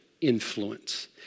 influence